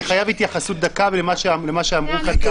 אני חייב התייחסות למה שאמרו כאן קודם.